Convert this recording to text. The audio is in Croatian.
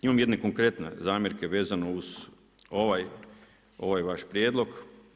Imam jedne konkretne zamjerke vezano uz ovaj vaš prijedlog.